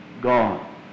gone